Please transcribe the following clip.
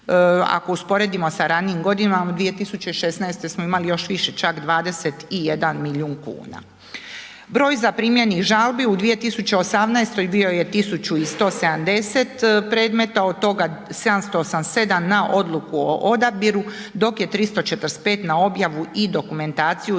Ako usporedimo sa ranijim godinama 2016. smo imali još više, čak 21 milijun kuna. Broj zaprimljenih žalbi u 2018. bio je 1170 predmeta, od toga 787 na odluku o odabiru, dok je 345 na objavu i dokumentaciju